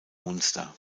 munster